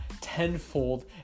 tenfold